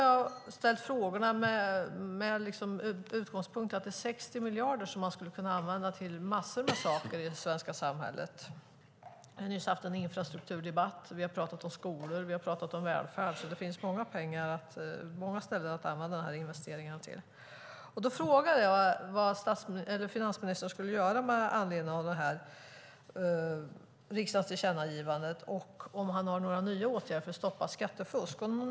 Jag ställde mina frågor med utgångspunkten att det här är 60 miljarder som kan användas till massor av saker i det svenska samhället. Vi har nyss haft en infrastrukturdebatt, och vi har pratat om skolor och välfärd. Det finns många ställen att lägga investeringarna. Jag frågade vad finansministern skulle göra med anledning av riksdagens tillkännagivande och om han avser att vidta några nya åtgärder för att stoppa skattefusk.